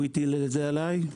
הוא הטיל את זה עליי.